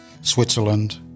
Switzerland